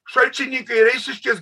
šalčininkai ir eišiškės